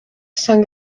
san